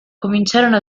cominciarono